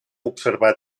observar